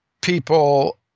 people